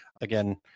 again